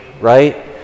right